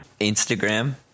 instagram